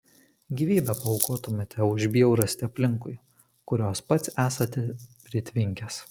gyvybę paaukotumėte už bjaurastį aplinkui kurios pats esate pritvinkęs